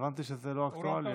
הבנתי שזה לא אקטואלי.